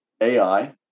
Ai